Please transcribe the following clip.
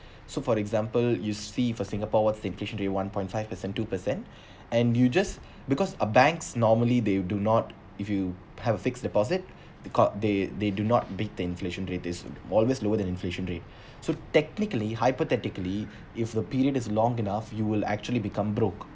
so for example use fee for singapore what's the inflation one point five per cent two per cent and you just because uh banks normally they do not if you have a fixed deposit because they they do not beat the inflation rate is always lower than inflation rate so technically hypothetically if the period is long enough you will actually become broke